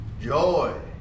joy